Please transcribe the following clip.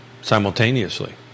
simultaneously